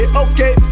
okay